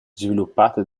sviluppate